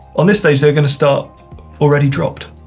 on this stage they're gonna start already dropped.